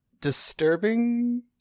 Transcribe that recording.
disturbing